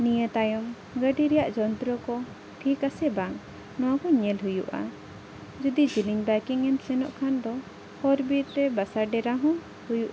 ᱱᱤᱭᱟᱹ ᱛᱟᱭᱚᱢ ᱜᱟᱹᱰᱤ ᱨᱮᱭᱟᱜ ᱡᱚᱱᱛᱨᱚ ᱠᱚ ᱴᱷᱤᱠ ᱟᱥᱮ ᱵᱟᱝ ᱱᱚᱶᱟ ᱠᱚ ᱧᱮᱞ ᱦᱩᱭᱩᱜᱼᱟ ᱡᱩᱫᱤ ᱡᱤᱞᱤᱧ ᱵᱟᱭᱠᱤᱝ ᱮᱢ ᱥᱮᱱᱚᱜ ᱠᱷᱟᱱ ᱫᱚ ᱦᱚᱨ ᱵᱤᱨ ᱨᱮ ᱵᱟᱥᱟ ᱰᱮᱨᱟ ᱦᱚᱸ ᱦᱩᱭᱩᱜ